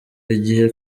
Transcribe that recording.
igihe